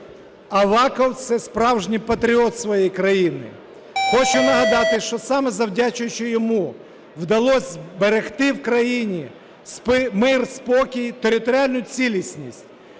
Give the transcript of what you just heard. Аваков – це справжній патріот своєї країни. Хочу нагадати, що, саме завдячуючи йому, вдалось зберегти в країні мир, спокій і територіальну цілісність.